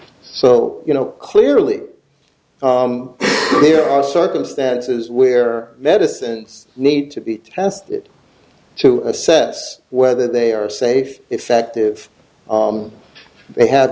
so you know clearly there are circumstances where medicines need to be tested to assess whether they are safe effective they have